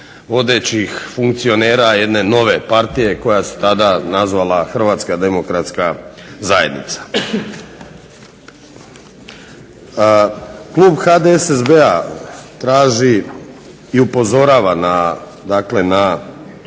vodećih funkcionera jedne nove partije koja se tada nazvala Hrvatska demokratska zajednica. Klub HDSSB-a traži i upozorava na